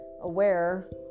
aware